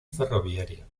ferroviaria